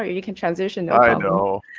you can transition. i know.